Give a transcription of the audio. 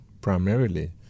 primarily